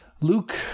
Luke